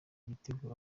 igitego